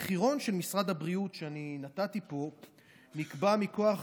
מחירון משרד הבריאות שנתתי פה נקבע מכוח